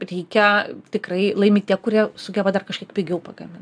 reikia tikrai laimi tie kurie sugeba dar kažkaip pigiau pagamint